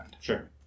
Sure